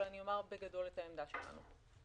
אבל בגדול אומר את העמדה שלנו.